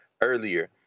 earlier